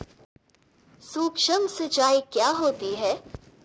सुक्ष्म सिंचाई क्या होती है?